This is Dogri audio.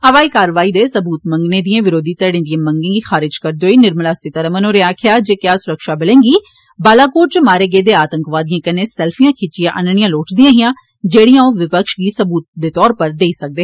हवाई कारवाई दे सबूत मंगने दिये विरोधी धड़े दियें मंगे गी खारज करदे होई निर्मला सीतारमण होरें आक्खेया जे क्या स्रक्षाबलें गी बालाकोट च मारे गेदे आतंकवादियें कन्नै सेल्फियां खिच्चीये आननियां लोड़चदियां हियां जेड़ियां ओ विपक्ष गी सबूत दे तौरा पर आइयै दस्सदे